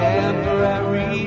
Temporary